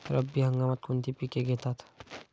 रब्बी हंगामात कोणती पिके घेतात?